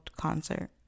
concert